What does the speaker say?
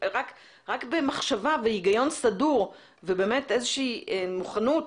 רק במחשבה והיגיון סדור ואיזה שהיא מוכנות